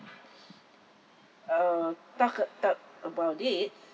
uh talk it out about it